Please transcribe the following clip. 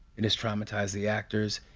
it has traumatized the actors.